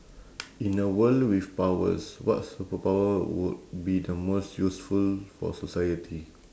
in a world with powers what superpower would be the most useful for society